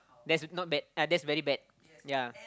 that's not bad uh that's very bad ya